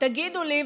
תגידו לי,